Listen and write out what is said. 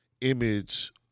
image